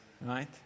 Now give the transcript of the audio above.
right